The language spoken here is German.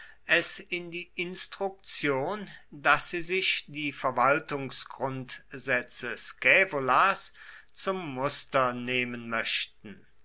es in die instruktion daß sie sich die verwaltungsgrundsätze scaevolas zum muster nehmen möchten